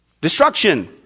Destruction